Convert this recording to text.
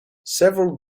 several